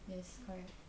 yes correct